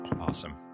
Awesome